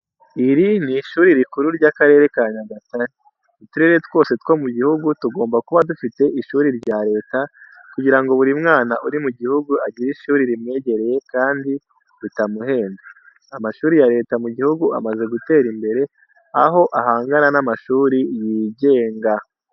Iri ni ishuri rikuru ry'akarere ka Nyagatare, uturere twose two mu gihugu tugomba kuba dufite ishuri rya Leta, kugira ngo buri mwana uri mu gihugu agire ishuri rimwegereye kandi ritamuhenda. Amashuri ya Leta mu gihugu amaze gutera imbere, aho ahangana na mashuri y'igenga.